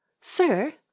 sir